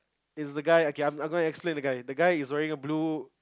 is the guy okay I'm I'm going to explain the guy the guy is wearing a blue